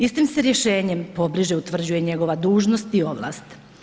Istim se rješenjem pobliže utvrđuje njegova dužnost i ovlast.